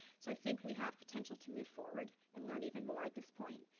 so i think we have potential to move forward and learn even more at this point.